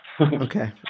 Okay